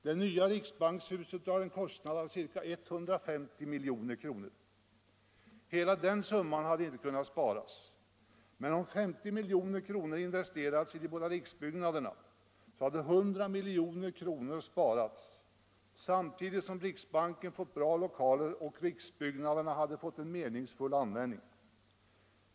Det nya riksbankshuset drar en kostnad av ca 150 milj.kr. Hela den summan hade inte kunnat sparas, men om 50 milj.kr. investerats i de båda riksbyggnaderna hade 100 milj.kr. sparats samtidigt som riksbanken fått bra lokaler och riksbyggnaderna hade fått en meningsfull användning.